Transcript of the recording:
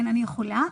אני יכולה.